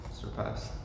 surpassed